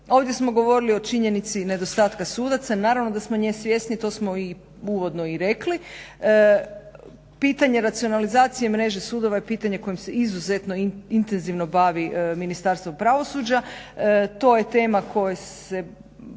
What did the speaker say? Ovdje smo govorili o činjenici nedostatka sudaca, naravno da smo nje svjesni, to smo uvodno i rekli. Pitanje racionalizacije mreže sudova je pitanje kojim se izuzetno intenzivno bavi Ministarstvo pravosuđa. To je tema kojom se